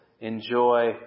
enjoy